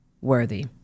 worthy